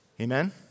Amen